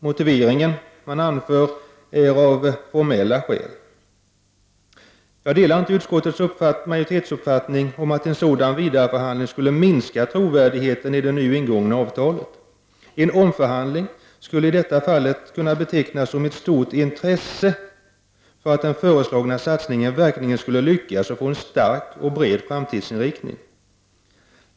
Motiveringen är formella skäl. Jag delar inte utskottsmajoritetens uppfattning om att en sådan vidareförhandling skulle minska trovärdigheten i det nu ingångna avtalet. En omförhandling skulle i detta fall kunna betecknas som ett stort intresse för att den föreslagna satsningen verkligen skall lyckas och få en stark och bred framtidsinriktning.